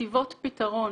ומכתיבות פתרון.